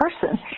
person